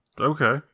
okay